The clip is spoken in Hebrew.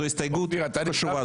זו הסתייגות חשובה,